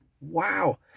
Wow